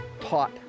taught